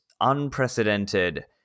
unprecedented